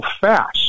fast